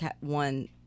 one